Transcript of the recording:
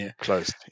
closed